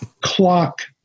clock